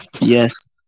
Yes